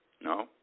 no